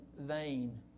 vain